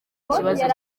kibazo